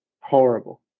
horrible